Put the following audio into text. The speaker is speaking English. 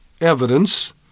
evidence